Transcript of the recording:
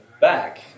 back